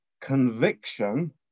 conviction